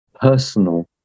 personal